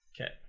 Okay